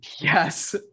Yes